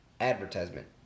advertisement